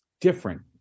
different